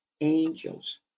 angels